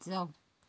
जाऊ